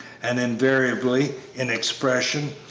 and invariably, in expression,